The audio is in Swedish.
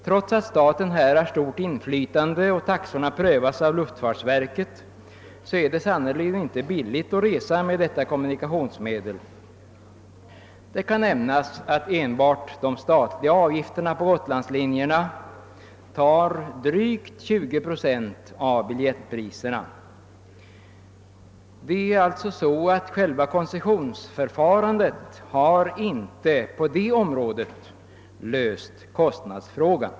Trots att staten härvidlag har stort inflytande och taxorna prövas av luftfartsverket, är det sannerligen inte billigt att resa med detta kommunikationsmedel. Det kan nämnas att enbart de statliga avgifterna på Gotlandslinjerna motsvarar drygt 20 procent av biljettpriserna. Koncessionsförfarandet på detta område har alltså inte löst kostnadsfrågan.